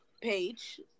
page